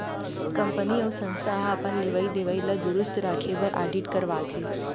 company अउ संस्था ह अपन लेवई देवई ल दुरूस्त राखे बर आडिट करवाथे